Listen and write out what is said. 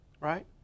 Right